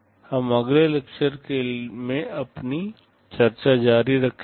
हम अगले लेक्चर में अपनी चर्चा जारी रखेंगे